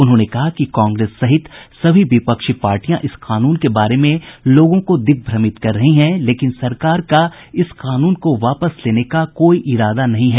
उन्होंने कहा कि कांग्रेस सहित सभी विपक्षी पार्टियां इस कानून के बारे में लोगों को दिग्भ्रमित कर रही हैं लेकिन सरकार का इस कानून को वापस लेने का कोई इरादा नहीं है